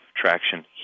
traction